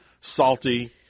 salty